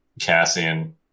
Cassian